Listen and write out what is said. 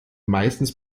meistens